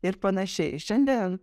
ir panašiai šiandien